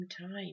time